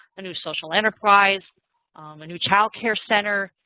a new social enterprise, a new child care center,